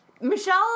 Michelle